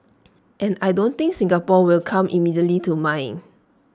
and I don't think Singapore will come immediately to mine